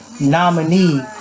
nominee